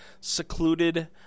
secluded